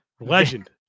legend